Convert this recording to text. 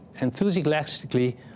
enthusiastically